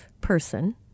person